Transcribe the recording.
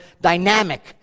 dynamic